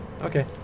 okay